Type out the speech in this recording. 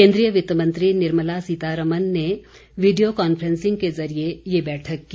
केन्द्रीय वित्तमंत्री निर्मला सीतारामन ने वीडियो कांफ्रेंसिंग के जरिए यह बैठक की